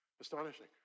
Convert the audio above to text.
astonishing